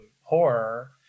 horror